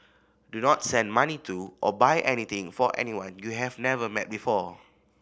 do not send money to or buy anything for anyone you have never met before